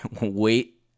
wait